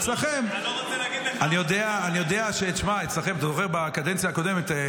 אני לא רוצה להגיד לך --- אני יודע שאצלכם דובר בקדנציה הקודמת,